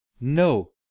No